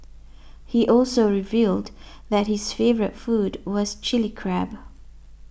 he also revealed that his favourite food was Chilli Crab